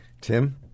Tim